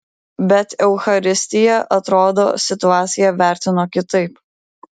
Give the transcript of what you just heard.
bet eucharistija atrodo situaciją vertino kitaip